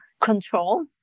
control